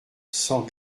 cent